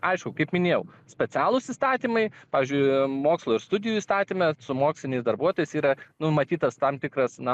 aišku kaip minėjau specialūs įstatymai pavyzdžiui mokslo ir studijų įstatyme su moksliniais darbuotojais yra numatytas tam tikras na